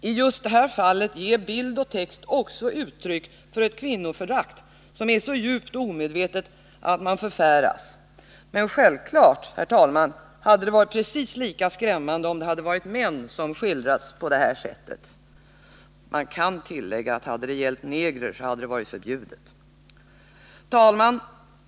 I just det här fallet ger bild och text också uttryck för ett kvinnoförakt, som är så djupt och omedvetet att man förfäras. Men självklart, herr talman, hade det varit precis lika skrämmande om det hade varit män som skildrats på detta sätt. Man kan tillägga att hade det varit fråga om negrer så hade det varit förbjudet. Herr talman!